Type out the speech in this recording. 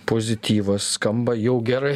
pozityvas skamba jau gerai